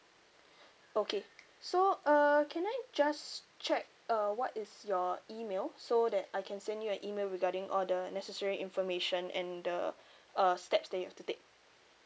okay so uh can I just check uh what is your email so that I can send you an email regarding all the necessary information and the uh steps that you have to take